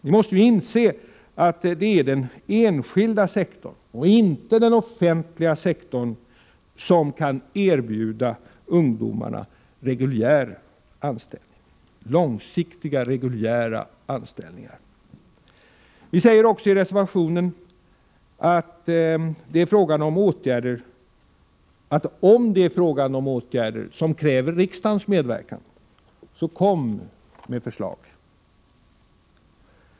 Ni måste ju inse att det är den enskilda sektorn och inte den offentliga sektorn som kan erbjuda ungdomarna långsiktiga reguljära anställningar. Vi säger också i reservationen att om det är fråga om åtgärder som kräver riksdagens medverkan, så kom med förslag.